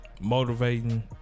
Motivating